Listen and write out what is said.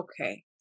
okay